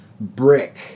brick